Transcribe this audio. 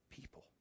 people